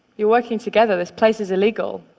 you're working together, this place is illegal.